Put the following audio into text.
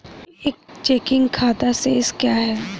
एक चेकिंग खाता शेष क्या है?